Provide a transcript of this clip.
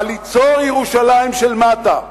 אבל ליצור ירושלים של מטה,